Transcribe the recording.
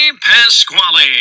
Pasquale